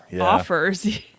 offers